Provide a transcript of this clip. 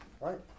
right